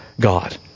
God